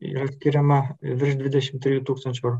yra skiriama virš dvidešim trijų tūkstančių eurų